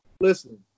Listen